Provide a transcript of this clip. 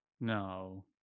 no